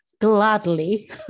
gladly